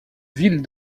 ville